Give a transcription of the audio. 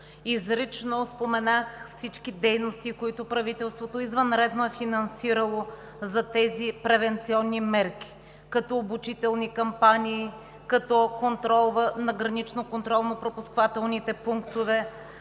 Изрично споменах всички дейности, които правителството извънредно е финансирало за тези превенционни мерки, като обучителни кампании, контрол на граничните контролно пропускателни пунктове,